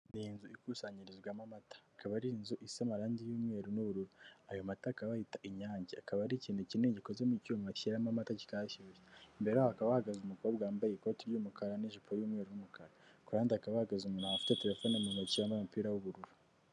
Ni nzu ikusanyirizwamo amata. Akaba ari inzu isa amarangi y'umweru n'ubururu, ayo mata akaba yitwa inyange, akaba ari ikintu kinini gikoze mu icyuma bashyiramo amata kitayashyushye. Imbere ya ho hakaba hahagaze umukobwa wambaye ikoti ry'umukara n'ijipo y'umweru n'umukara. Kuruhande hakaba hahagaze umuntu afite telefoni mu ntoki, yambaye umupira w'ubururu.